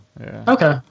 Okay